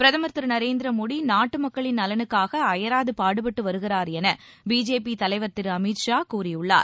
பிரதுர் திரு நரேந்திர மோடி நாட்டு மக்களின் நலனுக்காக அயராது பாடுபட்டு வருகிறார் என பிஜேபி தலைவர் திரு அமித் ஷா கூறியுள்ளார்